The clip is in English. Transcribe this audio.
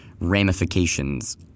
ramifications